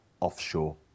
offshore